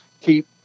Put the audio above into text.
keep